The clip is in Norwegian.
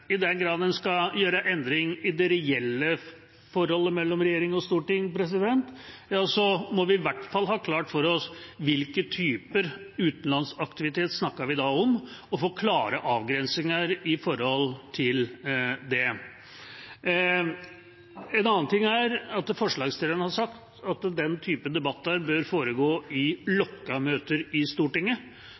I den grad en skal gjøre endring i det reelle forholdet mellom regjering og storting, må vi i hvert fall ha klart for oss hvilke typer utenlandsaktivitet vi da snakker om, og få klare avgrensninger når det gjelder det. En annen ting er at forslagsstillerne har sagt at den typen debatter bør foregå i lukkede møter i Stortinget.